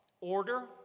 order